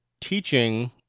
teaching